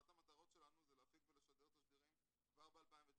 אחת המטרות שלנו זה להפיק ולשדר תשדירים כבר ב-2019.